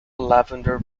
lavender